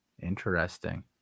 Interesting